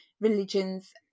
religions